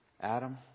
Adam